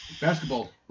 basketball